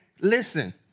listen